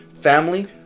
family